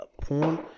porn